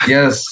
Yes